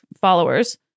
followers